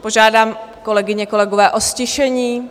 Požádám, kolegyně, kolegové o ztišení.